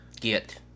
Get